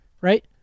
Right